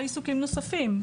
אלו עיסוקים נוספים,